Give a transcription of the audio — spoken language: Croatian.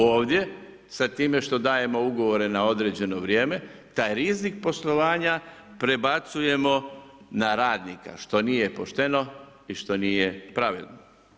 Ovdje sa time što dajemo ugovore na određeno vrijeme, taj rizik poslovanja prebacujemo na radnika, što nije pošteno i što nije pravedno.